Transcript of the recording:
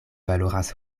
valoras